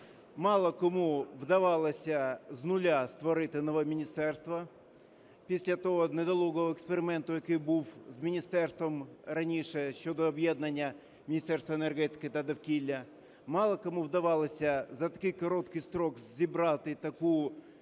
Мало кому вдавалося з нуля створити нове міністерство після того недолугого експерименту, який був з міністерством раніше щодо об'єднання Міністерства енергетики та довкілля. Мало кому вдавалося за такий короткий строк зібрати таку якісну,